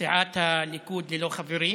סיעת הליכוד ללא חברים,